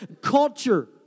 culture